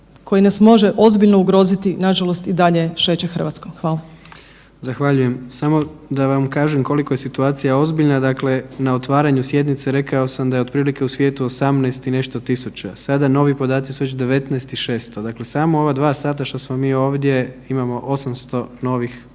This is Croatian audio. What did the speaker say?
koji nas može ozbiljno ugroziti nažalost i dalje šeće RH. Hvala. **Jandroković, Gordan (HDZ)** Zahvaljujem. Samo da vam kažem koliko je situacija ozbiljna. Dakle, na otvaranju sjednice rekao sam da je otprilike u svijetu 18 i nešto tisuća, sada novi podaci su već 19600. Dakle, samo u ova dva sata što smo mi ovdje imamo 800 novih umrlih